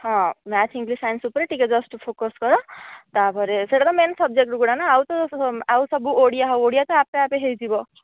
ହଁ math English science ଉପରେ ଟିକେ ଜଷ୍ଟ ଫୋକସ କର ତାପରେ ସେହିଟା ତ ମେନ ସବଜେକ୍ଟ ଗୁଡ଼ା ନା ଆଉ ତ ଆଉ ସବୁ ଓଡ଼ିଆ ଓଡ଼ିଆ ତ ଆପେ ଆପେ ହୋଇଯିବ